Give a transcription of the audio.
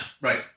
right